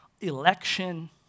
election